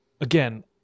again